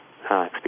experience